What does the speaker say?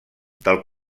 del